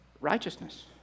Righteousness